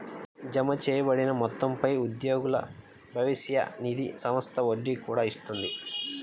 జమచేయబడిన మొత్తంపై ఉద్యోగుల భవిష్య నిధి సంస్థ వడ్డీ కూడా ఇస్తుంది